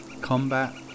combat